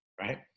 right